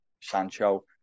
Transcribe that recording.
Sancho